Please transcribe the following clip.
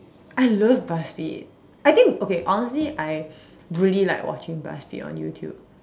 I love Buzzfeed I think okay honestly I really like watching Buzzfeed on YouTube